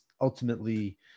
ultimately